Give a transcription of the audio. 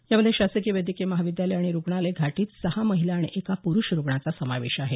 यामध्ये शासकीय वैद्यकीय महाविद्यालय आणि रुग्णालय घाटीत सहा महिला आणि एका प्रुष रुग्णांचा समावेश आहे